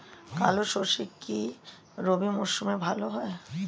কালো সরষে কি রবি মরশুমে ভালো হয়?